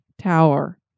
tower